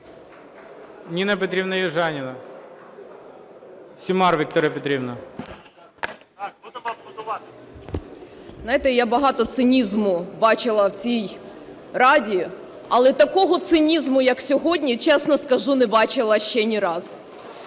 я багато цинізму бачила в цій Раді, але такого цинізму, як сьогодні, чесно скажу, не бачила ще ні разу.